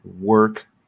work